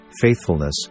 faithfulness